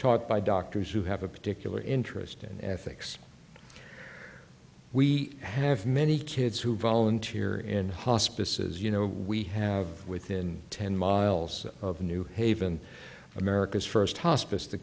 taught by doctors who have a particular interest in ethics we have many kids who volunteer in hospice as you know we have within ten miles of new haven america's first hospice t